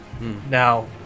now